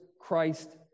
Christ